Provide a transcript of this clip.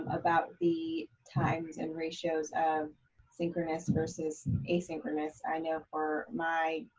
about the times and ratios of synchronous versus asynchronous. i know for my